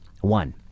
One